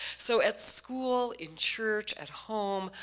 so at school, in church, at home,